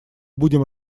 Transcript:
будем